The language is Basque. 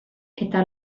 eta